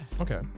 Okay